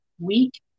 week